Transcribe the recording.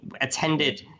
attended